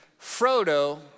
Frodo